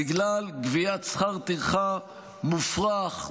בגלל גביית שכר טרחה מופרך,